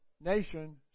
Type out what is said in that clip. nation